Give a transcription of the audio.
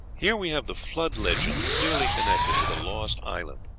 here we have the flood legend clearly connected with a lost island.